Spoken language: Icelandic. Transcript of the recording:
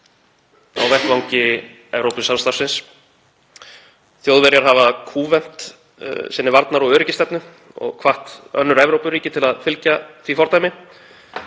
á vettvangi Evrópusamstarfsins. Þjóðverjar hafa kúvent sinni varnar- og öryggisstefnu og hvatt önnur Evrópuríki til að fylgja því fordæmi.